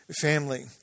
family